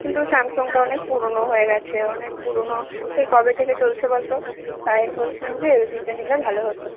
কিন্তু স্যামসংটা অনেক পুরনো হয়ে গেছে অনেক পুরনো সেই কবে থেকে চলছে বলতো তাই আমি বলছিলাম যে এলজিটা নিলে ভালো হতো